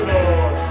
Lord